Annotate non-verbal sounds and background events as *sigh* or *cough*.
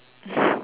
*breath*